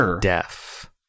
deaf